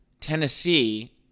Tennessee